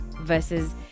versus